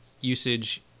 usage